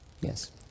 Yes